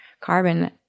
carbon